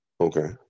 okay